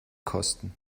kosten